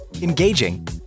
engaging